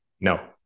no